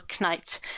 knight